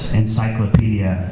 encyclopedia